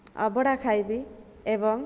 ଅଭଡ଼ା ଖାଇବି ଏବଂ